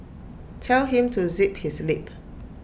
tell him to zip his lip